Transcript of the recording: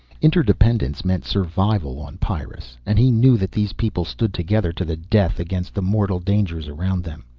interdependence meant survival on pyrrus, and he knew that these people stood together to the death against the mortal dangers around them.